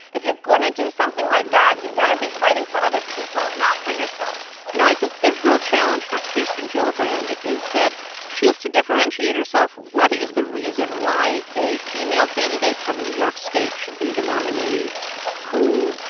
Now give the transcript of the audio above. if you're going to do something like that, you better be fighting for other people, not for yourself you know, i think the real challenge for kirsten gillibrand is that she has to differentiate herself what is the reason why a female candidate from new york state should be the nominee who,